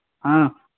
ہاں